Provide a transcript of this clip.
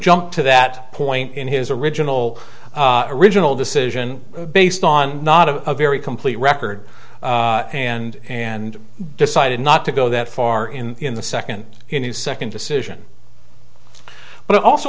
jumped to that point in his original original decision based on not a very complete record and and decided not to go that far in the second in his second decision but i also